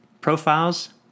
profiles